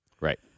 Right